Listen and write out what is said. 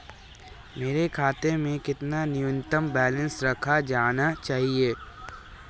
मेरे खाते में कितना न्यूनतम बैलेंस रखा जाना चाहिए?